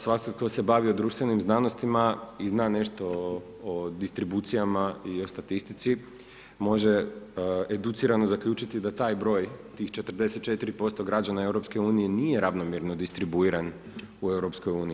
Svatko tko se bavio društvenim znanostima i zna nešto o distribucijama i o statistici, može educirano zaključiti da taj broj, tih 44% građana EU, nije ravnomjerno distribuiran u EU.